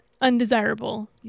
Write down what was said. undesirable